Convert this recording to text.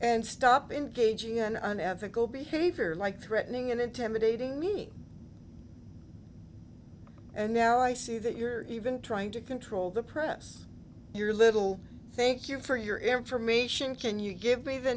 and stop engaging in unethical behavior like threatening and intimidating me and now i see that you're even trying to control the press your little thank you for your information can you give me the